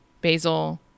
basil